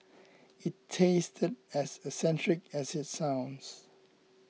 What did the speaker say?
it tasted as eccentric as it sounds